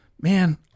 Man